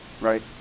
Right